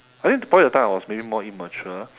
I think poly that time I was maybe more immature